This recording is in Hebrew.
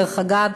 דרך אגב,